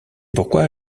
pourquoi